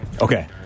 Okay